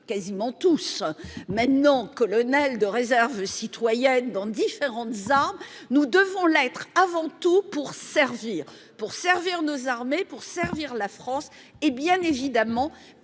quasiment tous maintenant, colonel de réserve citoyenne dans différentes armes, nous devons l'être avant tout pour servir pour servir nos armées pour servir la France. Hé bien évidemment